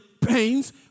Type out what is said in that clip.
pains